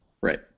Right